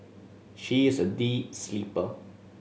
she is a deep sleeper